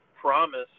promise